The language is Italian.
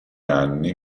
anni